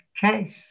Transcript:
case